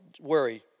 worry